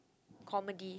comedy